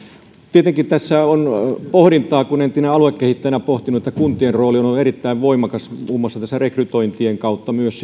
tietenkin tässä on pohdintaa entisenä aluekehittäjänä olen pohtinut että kuntien rooli on on ollut erittäin voimakas muun muassa rekrytointien kautta myös